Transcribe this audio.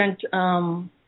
different